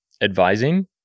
advising